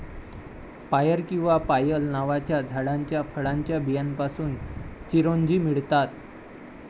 पायर किंवा पायल नावाच्या झाडाच्या फळाच्या बियांपासून चिरोंजी मिळतात